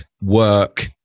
Work